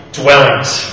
dwellings